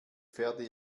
pferde